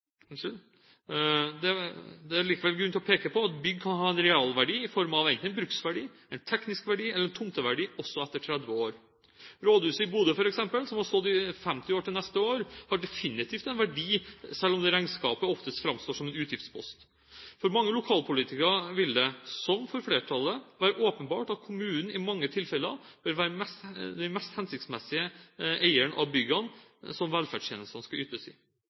dette tilfellet. Det er likevel grunn til å peke på at bygg kan ha en realverdi i form av enten bruksverdi, en teknisk verdi eller en tomteverdi også etter 30 år. Rådhuset i Bodø, f.eks., som har stått i 50 år til neste år, har definitivt en verdi, selv om det i regnskapet oftest framstår som en utgiftspost. For mange av lokalpolitikerne vil det, som for flertallet, være åpenbart at kommunen i mange tilfeller vil være den mest hensiktsmessige eieren av byggene som velferdstjenestene skal ytes i.